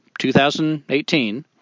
2018